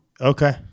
okay